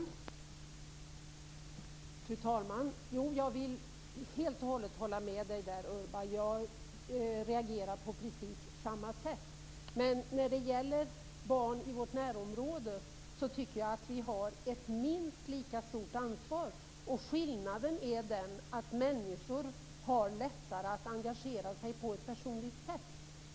Fru talman! Jag håller helt och hållet med Urban om den saken. Jag reagerar på precis samma sätt. Men när det gäller barn i vårt närområde tycker jag att vi har ett minst lika stort ansvar. Skillnaden är den att människor i det här fallet har lättare att engagera sig på ett personligt sätt.